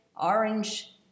Orange